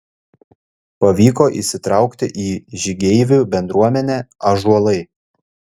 pavyko įsitraukti į žygeivių bendruomenę ąžuolai